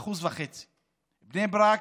1.5%. בני ברק,